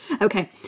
Okay